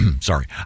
Sorry